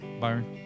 Byron